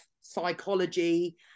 psychology